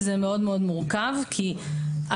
במקרה הזה זה מאוד מאוד מורכב כי החקיקה